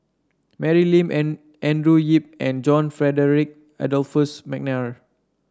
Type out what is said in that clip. Mary Lim An Andrew Yip and John Frederick Adolphus McNair